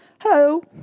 Hello